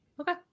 Okay